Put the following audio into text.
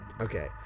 Okay